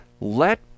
let